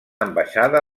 ambaixada